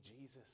Jesus